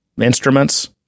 instruments